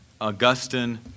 Augustine